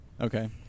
Okay